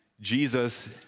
Jesus